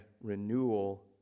renewal